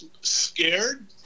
scared